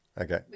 Okay